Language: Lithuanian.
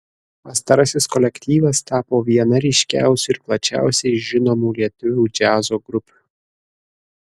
pastarasis kolektyvas tapo viena ryškiausių ir plačiausiai žinomų lietuvių džiazo grupių